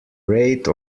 rate